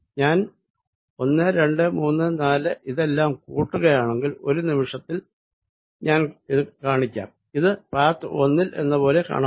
ഞാൻ 1 2 3 4 ഇതെല്ലാം കൂട്ടുകയാണെങ്കിൽ ഒരു നിമിഷത്തിൽ ഞാൻ കാണിക്കാം ഇത് പാത്ത് ഒന്നിൽ എന്ന പോലെ കാണപ്പെടും